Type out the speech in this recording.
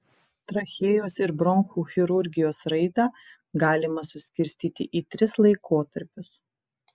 trachėjos ir bronchų chirurgijos raidą galima suskirstyti į tris laikotarpius